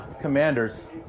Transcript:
Commanders